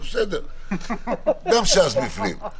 בסדר, גם ש"ס בפנים.